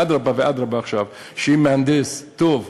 אדרבה ואדרבה עכשיו ואם מהנדס טוב,